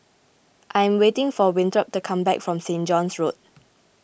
I am waiting for Winthrop to come back from Saint John's Road